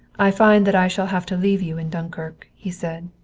i find that i shall have to leave you in dunkirk, he said.